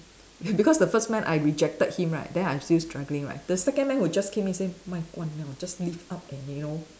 because the first man I rejected him right then I still struggling right the second man who just came in say just lift up and you know